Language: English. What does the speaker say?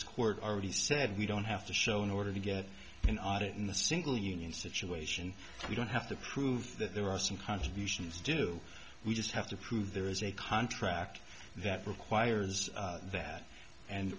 court already said we don't have to show in order to get an audit in the single union situation we don't have to prove that there are some contributions do we just have to prove there is a contract that requires that and